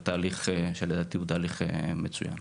על תהליך שהוא לדעתי תהליך מצוין.